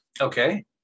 okay